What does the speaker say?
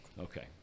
Okay